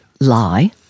lie